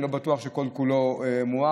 אני לא בטוח שכל-כולו מואר,